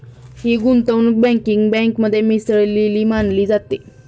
ही गुंतवणूक बँकिंग बँकेमध्ये मिसळलेली मानली जाते